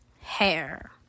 hair